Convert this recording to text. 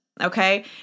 okay